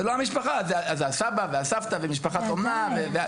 זה הסבא והסבתא ומשפחת אומנה.